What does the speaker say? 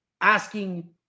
asking